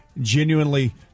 genuinely